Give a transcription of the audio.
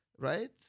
Right